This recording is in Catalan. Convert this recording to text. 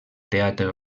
teatre